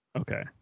okay